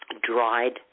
Dried